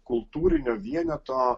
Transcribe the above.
kultūrinio vieneto